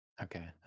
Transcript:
Okay